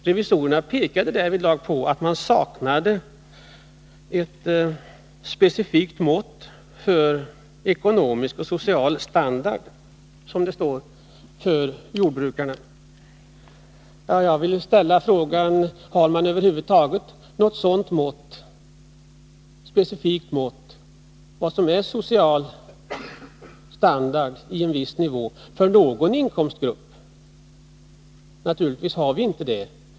Revisorerna pekade i det sammanhanget på ”avsaknaden av specifika mått på ekonomisk och social standard för jordbrukare”, som det står. Jag vill ställa frågan, om vi över huvud taget har något sådant specifikt mått på vad som är social standard på en viss nivå för någon inkomstgrupp. Naturligtvis har vi inte det.